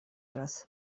раз